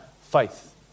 faith